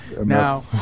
Now